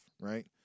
right